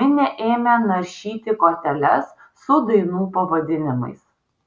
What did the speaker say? minė ėmė naršyti korteles su dainų pavadinimais